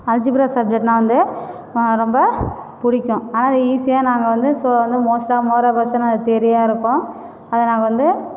algebra சப்ஜெக்ட்ன்னா வந்து ரொம்ப பிடிக்கும் ஆனால் அதை ஈஸியாக நாங்கள் வந்து ஸோ வந்து மோஸ்ட்டாக மோர் ஆஃபர்ஸ்னு தியரியாருக்கும் அதை நாங்கள் வந்து